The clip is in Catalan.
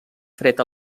fred